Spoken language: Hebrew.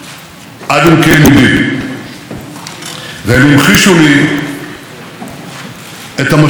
לי את המשמעות הכבירה של תקומת עמנו.